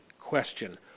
question